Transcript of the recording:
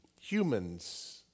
humans